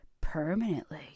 permanently